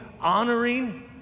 honoring